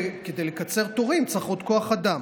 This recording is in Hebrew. כדי לקצר תורים צריך עוד כוח אדם,